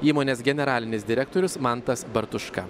įmonės generalinis direktorius mantas bartuška